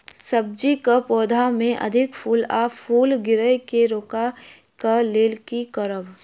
सब्जी कऽ पौधा मे अधिक फूल आ फूल गिरय केँ रोकय कऽ लेल की करब?